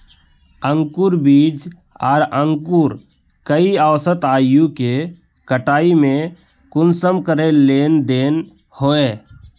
अंकूर बीज आर अंकूर कई औसत आयु के कटाई में कुंसम करे लेन देन होए?